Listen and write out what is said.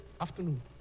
afternoon